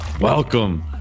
welcome